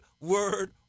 word